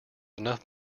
enough